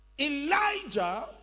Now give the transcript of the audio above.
Elijah